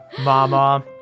Mama